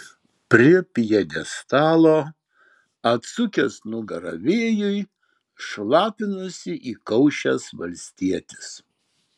prie pjedestalo atsukęs nugarą vėjui šlapinosi įkaušęs valstietis